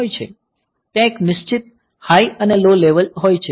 ત્યાં એક નિશ્ચિત હાઈ અને લો લેવલ હોય છે